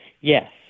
Yes